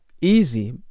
easy